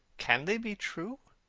can they be true?